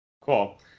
Cool